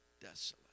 desolate